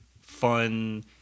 fun